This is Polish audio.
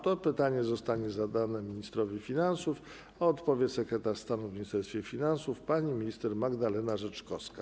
To pytanie zostanie zadane ministrowi finansów, a odpowie sekretarz stanu w Ministerstwie Finansów pani minister Magdalena Rzeczkowska.